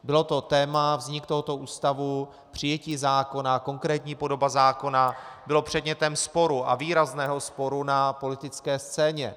Bylo to téma, vznik tohoto ústavu, přijetí zákona, konkrétní podoba zákona, bylo předmětem sporu, a výrazného sporu na politické scéně.